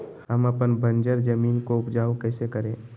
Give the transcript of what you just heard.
हम अपन बंजर जमीन को उपजाउ कैसे करे?